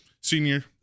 Senior